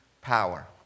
power